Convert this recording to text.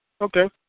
Okay